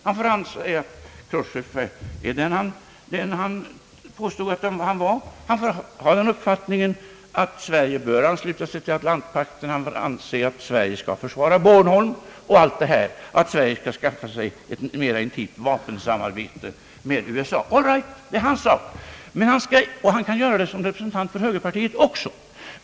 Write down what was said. Han får kalla Chrustjov vad han vill, och han får ha den uppfattningen att Sverige bör ansluta sig till Atlantpakten och att Sverige bör försvara Bornholm och allt detta. Han kan anse att Sverige bör skaffa sig ett mera intimt vapensamarbete med USA. All right, det är hans sak, och han kan också göra det som representant för högerpartiet.